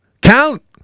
Count